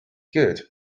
good